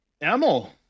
Emil